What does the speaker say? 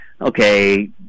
okay